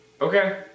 Okay